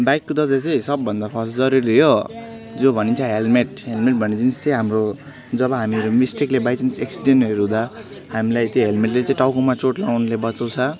bike कुदाउँदा चाहिँ सपभन्दा फस जरुरी हो जो भनिन्छ हेल्मेट हेल्मेट भन्ने जिनिस चाहिँ हाम्रो जब हामीहरू मिस्टेकले बाई चान्स एक्सिडेन्टहरू हुँदा हामीलाई त्यो हेल्मेटले चाहिँ टाउकोमा चोट लाग्नुलाई बचाउँछ